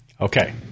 okay